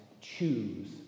choose